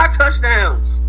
touchdowns